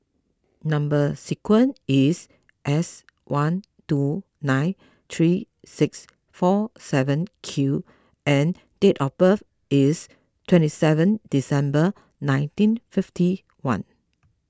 Number Sequence is S one two nine three six four seven Q and date of birth is twenty seven December nineteen fifty one